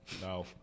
No